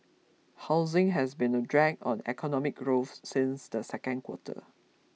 housing has been a drag on economic growth since the second quarter